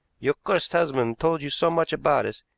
your cursed husband told you so much about us,